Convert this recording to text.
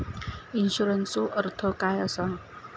इन्शुरन्सचो अर्थ काय असा?